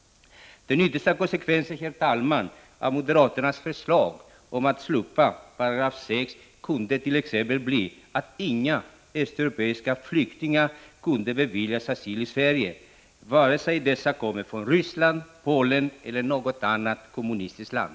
Den yttersta konsekvensen, herr talman, av moderaternas förslag om att slopa § 6 kundet.ex. bli att inga östeuropeiska flyktingar kunde beviljas asyl i Sverige, vare sig dessa kommer från Sovjet, Polen eller något annat kommunistiskt land.